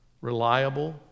reliable